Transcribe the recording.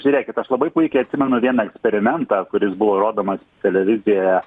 žiūrėkit aš labai puikiai atsimenu vieną eksperimentą kuris buvo rodomas televizijoje